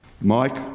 Mike